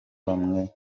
bamwe